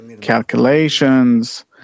calculations